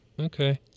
Okay